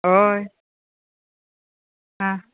हय आं